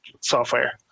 software